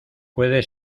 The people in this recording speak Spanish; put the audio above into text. puede